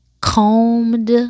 combed